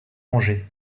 angers